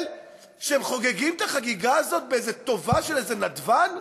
שהם חוגגים את החגיגה הזאת באיזה טובה של איזה נדבן?